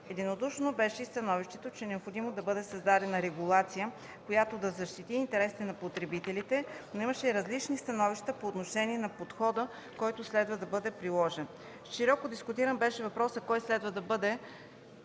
Единодушно беше и становището, че е необходимо да бъде създадена регулация, която да защити интересите на потребителите, но имаше различни становища по отношение на подхода, който следва да бъде приложен. Широко дискутиран беше въпросът кой следва да бъде